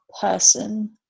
person